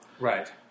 Right